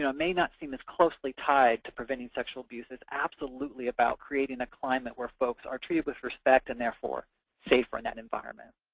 you know may not seem as closely tied to preventing sexual abuse, is absolutely about creating a climate where folks are treated with respect, and therefore safer in that environment.